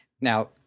Now